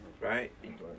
Right